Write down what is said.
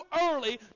early